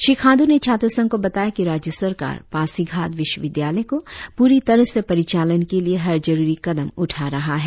श्री खाण्ड् ने छात्र संघ को बताया कि राज्य सरकार पासीघाट विश्वविद्यालय को पूरी तरह से परिचालन के लिए हर जरुरी कदम उठा रहा है